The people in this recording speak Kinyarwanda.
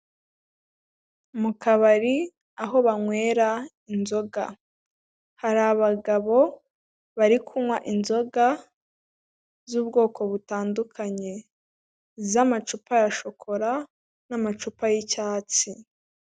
Mu kabari aho banywera inzoga, hari abagabo bari kunywa inzoga z'ubwoko butandukanye, z'amacupa ya shokora n'amacupa y'icyatsi.